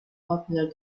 popular